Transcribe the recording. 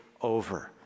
over